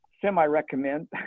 semi-recommend